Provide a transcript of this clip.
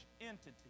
entity